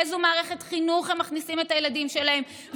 לאיזו מערכת חינוך הם מכניסים את הילדים שלהם,